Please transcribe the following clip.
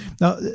Now